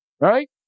right